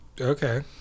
Okay